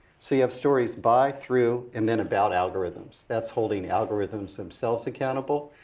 so you have stories by, through, and then about algorithms. that's holding algorithms themselves accountable.